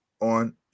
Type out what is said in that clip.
on